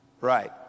Right